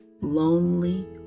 lonely